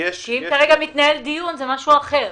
אם כרגע תנהל דיון, זה משהו אחר.